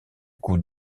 coups